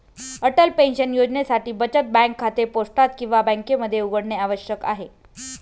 Atal pension योजनेसाठी बचत bank खाते पोस्टात किंवा बँकेमध्ये उघडणे आवश्यक आहे